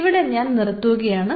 ഇവിടെ ഞാൻ നിർത്തുകയാണ്